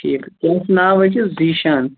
ٹھیٖک کیٛاہ چھُ ناو أکِس زیٖشان